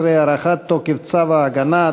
15) (הארכת תוקף צו הגנה),